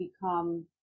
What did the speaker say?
become